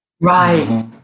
right